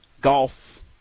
golf